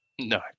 No